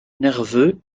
nerveux